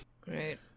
Great